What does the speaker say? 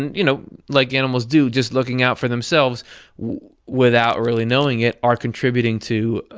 and you know, like animals do, just looking out for themselves without really knowing it are contributing to,